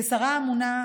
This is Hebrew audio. כשרה האמונה,